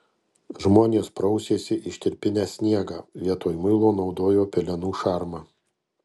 žmonės prausėsi ištirpinę sniegą vietoj muilo naudojo pelenų šarmą